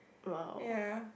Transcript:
!wow!